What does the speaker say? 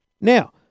Now